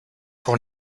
pour